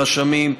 הרשמים,